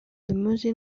limousin